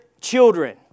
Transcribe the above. children